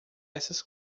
essas